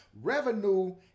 revenue